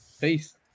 Peace